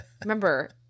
remember